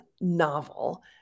novel